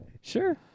Sure